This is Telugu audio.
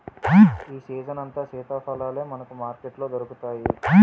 ఈ సీజనంతా సీతాఫలాలే మనకు మార్కెట్లో దొరుకుతాయి